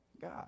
God